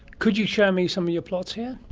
could you show me some of your plots here?